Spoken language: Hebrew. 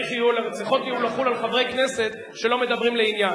שצריכות יהיו לחול על חברי כנסת שלא מדברים לעניין.